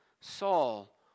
Saul